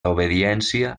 obediència